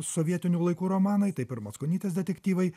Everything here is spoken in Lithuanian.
sovietinių laikų romanai taip ir mackonytės detektyvai